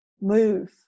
move